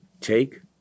take